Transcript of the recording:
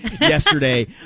yesterday